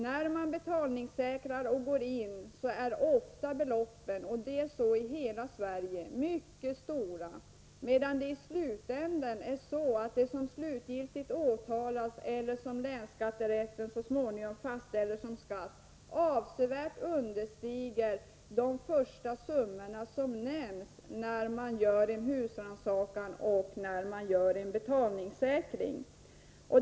När man går in och betalningssäkrar är beloppen ofta — det är så i hela Sverige — mycket stora, medan det belopp som länsskatterätten så småningom fastställer som skatt avsevärt understiger de summor som nämns när man gör en husrannsa kan och när man företar en betalningssäkring.